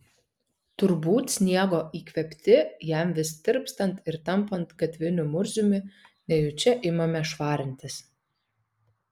turbūt sniego įkvėpti jam vis tirpstant ir tampant gatviniu murziumi nejučia imame švarintis